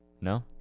No